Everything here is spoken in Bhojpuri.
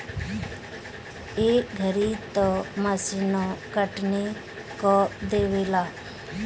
ए घरी तअ मशीनो कटनी कअ देवेला